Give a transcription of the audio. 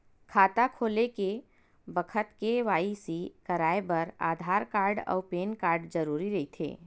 खाता खोले के बखत के.वाइ.सी कराये बर आधार कार्ड अउ पैन कार्ड जरुरी रहिथे